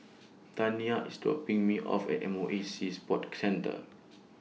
Taniyah IS dropping Me off At M O E Sea Sports Centre